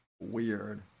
weird